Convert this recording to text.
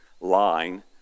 line